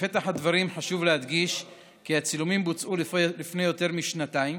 בפתח הדברים חשוב להדגיש כי הצילומים בוצעו לפני יותר משנתיים,